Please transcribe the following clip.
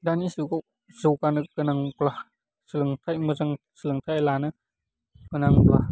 दानि जुगआव जौगानो गोनांब्ला सोलोंथाइ मोजां सोलोंथाइ लानो गोनांब्ला